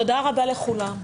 תודה רבה לכולם.